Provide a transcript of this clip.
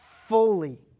fully